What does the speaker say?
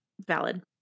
valid